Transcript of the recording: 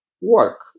work